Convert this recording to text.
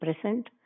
present